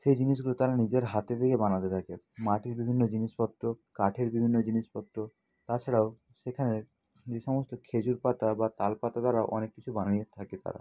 সেই জিনিসগুলো তারা নিজের হাতে দিয়ে বানাতে থাকে মাটির বিভিন্ন জিনিসপত্র কাঠের বিভিন্ন জিনিসপত্র তাছাড়াও সেখানের যে সমস্ত খেজুর পাতা বা তাল পাতা দ্বারা অনেক কিছু বানিয়ে থাকে তারা